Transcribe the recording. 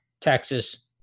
Texas